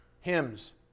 hymns